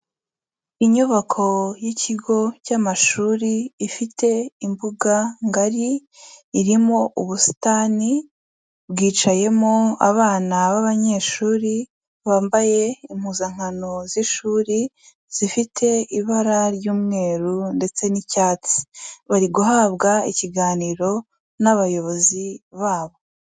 Inyubako y'ikigo cy'amashuri ifite imbuga ngari, irimo ubusitani bwicayemo abana b'abanyeshuri bambaye impuzankano z'ishuri zifite ibara ry'umweru ndetse n'icyatsi, bari guhabwa ikiganiro n'abayobozi babo.